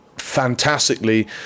fantastically